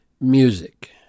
music